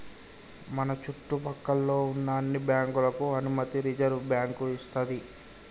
మన చుట్టు పక్కల్లో ఉన్న అన్ని బ్యాంకులకు అనుమతి రిజర్వుబ్యాంకు ఇస్తది